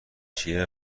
چیه